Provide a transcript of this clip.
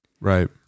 Right